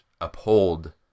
uphold